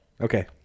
Okay